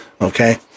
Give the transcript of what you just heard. Okay